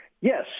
Yes